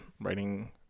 writing